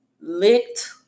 licked